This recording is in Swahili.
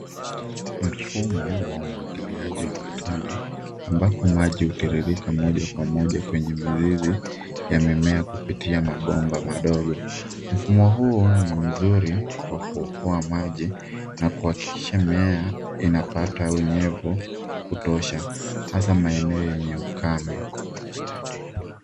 Mfumo wa umwagiliaji wa matone ambapo maji hutiririka moja kwa moja kwenye mizizi ya mimea kupitia mabomba madogo. Mfumo huu ni nzuri kwa kuokoa maji na kuhakikisha mimea inapata unyesvu wa kutosha hasaa maeneo yenye ukame.